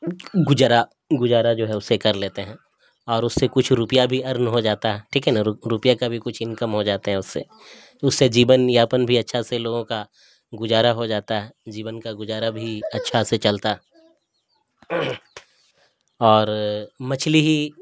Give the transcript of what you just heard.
گزارہ گزارہ جو ہے اسے کر لیتے ہیں اور اس سے کچھ روپیہ بھی ارن ہو جاتا ہے ٹھیک ہے نا روپیہ کا بھی کچھ انکم ہو جاتے ہیں اس سے اس سے جیون یاپن بھی اچھا سے لوگوں کا گزارہ ہو جاتا ہے جیون کا گزارہ بھی اچھا سے چلتا اور مچھلی ہی